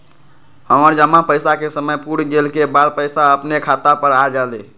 हमर जमा पैसा के समय पुर गेल के बाद पैसा अपने खाता पर आ जाले?